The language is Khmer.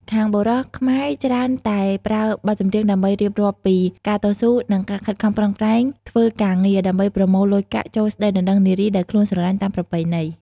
ខាងបុរសខ្មែរច្រើនតែប្រើបទចម្រៀងដើម្បីរៀបរាប់ពី "ការតស៊ូ" និង "ការខិតខំប្រឹងប្រែងធ្វើការងារ" ដើម្បីប្រមូលលុយកាក់ចូលស្តីដណ្តឹងនារីដែលខ្លួនស្រឡាញ់តាមប្រពៃណី។